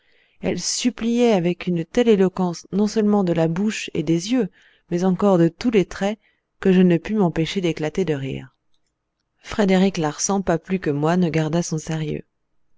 elle suppliait avec une telle éloquence non seulement de la bouche et des yeux mais encore de tous les traits que je ne pus m'empêcher d'éclater de rire frédéric larsan pas plus que moi ne garda son sérieux